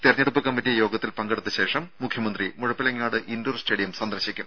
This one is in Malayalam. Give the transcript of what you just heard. തിരഞ്ഞെടുപ്പ് കമ്മറ്റി യോഗത്തിൽ പങ്കെടുത്തതിന് ശേഷം മുഖ്യമന്ത്രി മുഴപ്പിലങ്ങാട് ഇൻഡോർ സ്റ്റേഡിയം സന്ദർശിക്കും